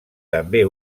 també